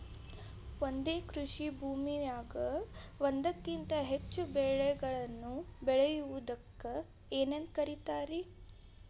ಒಂದೇ ಕೃಷಿ ಭೂಮಿಯಾಗ ಒಂದಕ್ಕಿಂತ ಹೆಚ್ಚು ಬೆಳೆಗಳನ್ನ ಬೆಳೆಯುವುದಕ್ಕ ಏನಂತ ಕರಿತಾರಿ?